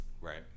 Right